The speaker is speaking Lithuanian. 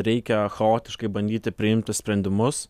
reikia chaotiškai bandyti priimti sprendimus